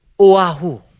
Oahu